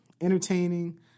entertaining